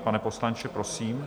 Pane poslanče, prosím?